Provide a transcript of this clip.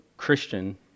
Christian